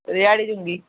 रिहाड़ी चुंगी